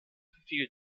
verfiel